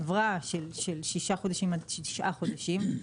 עברה משישה חודשים עד תשעה חודשים,